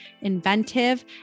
inventive